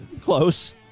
Close